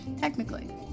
technically